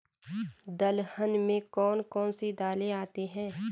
दलहन में कौन कौन सी दालें आती हैं?